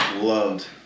loved